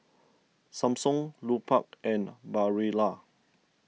Samsung Lupark and Barilla